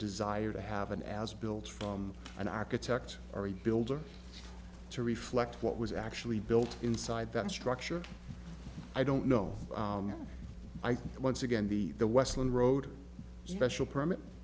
desire to have an as build from an architect or a builder to reflect what was actually built inside that structure i don't know i think that once again the the westland road special permit